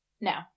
Now